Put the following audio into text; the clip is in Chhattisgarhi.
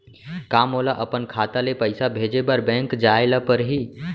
का मोला अपन खाता ले पइसा भेजे बर बैंक जाय ल परही?